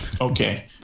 Okay